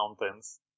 mountains